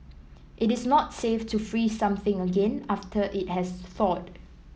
it is not safe to freeze something again after it has thawed